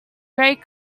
great